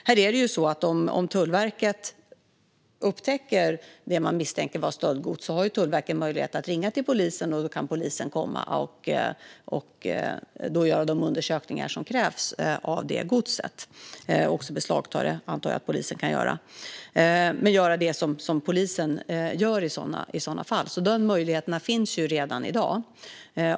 Dock har Tullverket möjlighet att ringa polisen om man misstänker stöldgods, och då kan polisen komma och göra de undersökningar av godset som krävs och även beslagta det, antar jag. Polisen kan hur som helst göra det man gör i sådana fall. Den möjligheten finns alltså redan i dag.